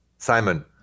Simon